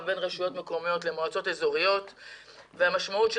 בין רשויות מקומיות למועצות אזוריות והמשמעות של